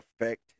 effect